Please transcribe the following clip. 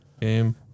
game